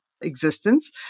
existence